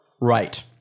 right